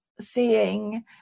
seeing